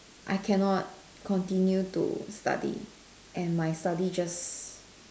I cannot continue to study and my study just